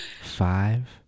five